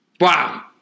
Wow